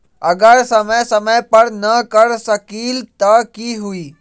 अगर समय समय पर न कर सकील त कि हुई?